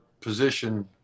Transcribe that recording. position